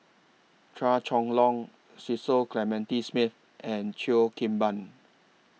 Chua Chong Long Cecil Clementi Smith and Cheo Kim Ban